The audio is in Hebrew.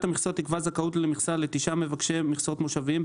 המכסות תקבע זכאות למכסה לתשעה מבקשי מכסות מושביים,